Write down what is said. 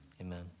amen